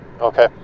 Okay